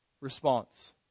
response